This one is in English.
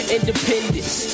Independence